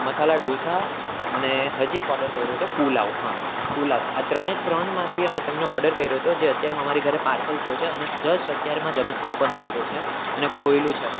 મસાલા ઢોંસા અને હજી એક ઓડર કર્યો હતો પુલાવ હા પુલાવ આ ત્રણે ત્રણમાંથી અમે તમને ઓડર કર્યો હતો જે અત્યારમાં અમારી ઘરે પાર્સલ થયો છે અને જસ્ટ અત્યારમાં જ અમે ઓપન કર્યો છે અને ખોલ્યું છે